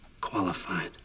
Qualified